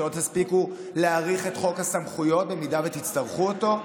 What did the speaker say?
שלא תספיקו להאריך את חוק הסמכויות אם תצטרכו אותו?